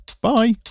Bye